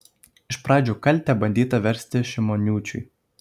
iš pradžių kaltę bandyta versti šimoniūčiui